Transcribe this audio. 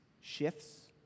shifts